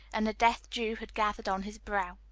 and the death-dew had gathered on his brow.